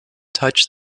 touched